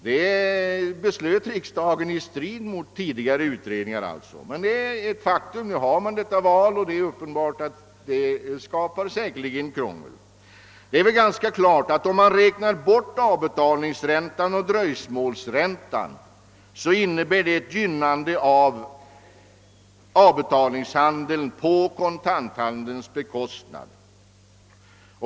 Det beslöt riksdagen i strid mot tidigare utredningsförslag. Nu har man emellertid detta val, och det kommer säkerligen att skapa krångel. Om man räknar bort avbetalningsräntan och dröjsmålsräntan, är det väl ganska uppenbart att detta gynnar avbetalningshandeln på kontanthandelns bekostnad.